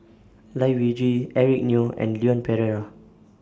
Lai Weijie Eric Neo and Leon Perera